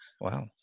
Wow